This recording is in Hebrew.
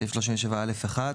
בסעיף 37(א)(1),